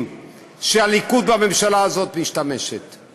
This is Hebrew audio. שהליכוד והממשלה הזאת משתמשים בהם.